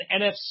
NFC